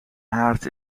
haard